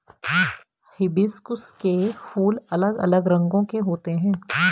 hibiscus के फूल अलग अलग रंगो के होते है